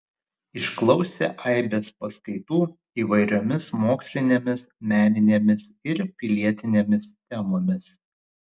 išklausė aibės paskaitų įvairiomis mokslinėmis meninėmis ir pilietinėmis temomis